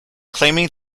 claiming